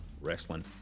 wrestling